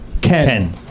Ken